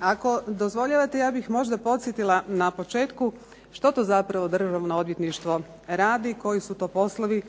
Ako dozvoljavate ja bih možda podsjetila na početku što to zapravo Državno odvjetništvo radi, koji su to poslovi.